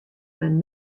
men